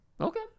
Okay